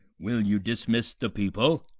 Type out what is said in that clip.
will you dismiss the people?